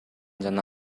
жана